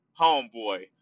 homeboy